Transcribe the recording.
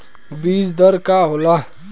बीज दर का होला?